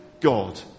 God